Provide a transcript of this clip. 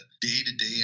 day-to-day